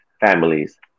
families